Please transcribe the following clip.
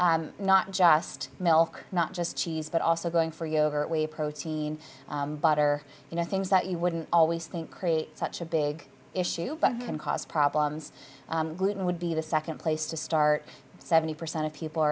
e not just milk not just cheese but also going for yogurt we've protein or you know things that you wouldn't always think create such a big issue but can cause problems gluten would be the second place to start seventy percent of people